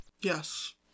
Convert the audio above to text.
Yes